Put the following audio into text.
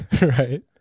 Right